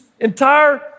entire